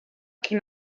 qui